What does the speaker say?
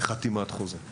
חתימת חוזה לגן.